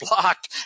blocked